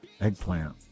eggplant